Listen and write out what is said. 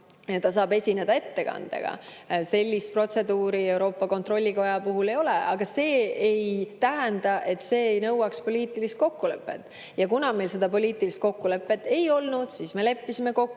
ta saab esineda ettekandega. Sellist protseduuri Euroopa Kontrollikoja [liikme] puhul ei ole, aga see ei tähenda, et see ei nõua poliitilist kokkulepet. Ja kuna meil seda poliitilist kokkulepet ei olnud, siis me leppisime kokku, et